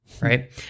right